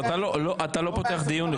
אתה לא פותח דיון.